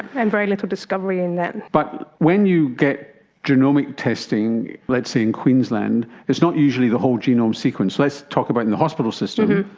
and very little discovery in that. but when you get genomic testing, let's say in queensland, it's not usually the whole genome sequence. let's talk about in the hospital system,